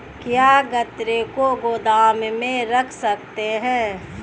क्या गन्ने को गोदाम में रख सकते हैं?